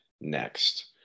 next